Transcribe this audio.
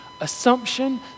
assumption